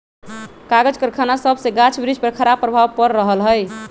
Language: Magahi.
कागज करखना सभसे गाछ वृक्ष पर खराप प्रभाव पड़ रहल हइ